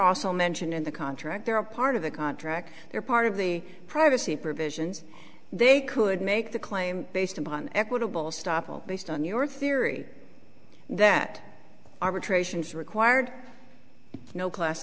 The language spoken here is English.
also mentioned in the contract they're a part of the contract they're part of the privacy provisions they could make the claim based upon equitable stoppel based on your theory that arbitration is required no class